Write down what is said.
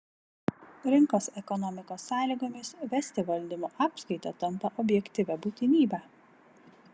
rinkos ekonomikos sąlygomis vesti valdymo apskaitą tampa objektyvia būtinybe